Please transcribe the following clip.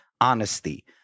honesty